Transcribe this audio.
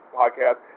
podcast